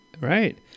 right